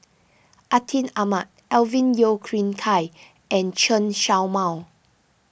Atin Amat Alvin Yeo Khirn Hai and Chen Show Mao